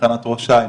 תחנת ראש העין,